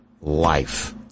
life